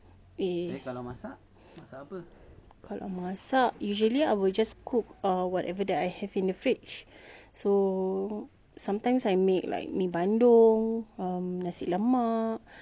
kalau masak usually I will just cook uh whatever I have in the fridge so sometimes I make like mi bandung um nasi lemak you know those normal stuff sampai tak tahu nak masak apa